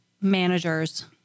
managers